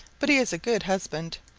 but he is a good husband.